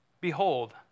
Behold